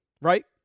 Right